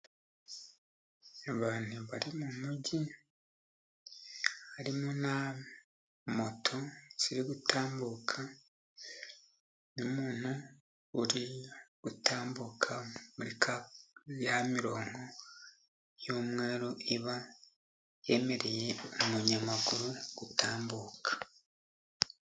Abantu bari mu mugi harimo na moto ziri gutambuka, n'umuntu uri gutambuka muri ya mirongo y'umweru, iba yemereye umunyamaguru gutambuka.